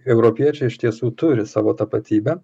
europiečiai iš tiesų turi savo tapatybę